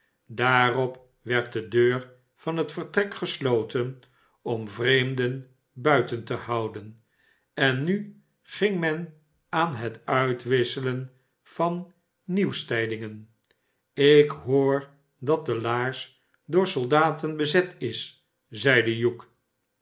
daarop werd de deur van het vertrek gesloten om vreemden buiten te houden en nu ging men aan het uitwisselen van nieuwstijdingen ik hoor dat de laars door soldaten bezet is zeide hugh